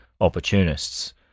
opportunists